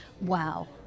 Wow